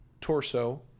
torso